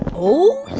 and oh, and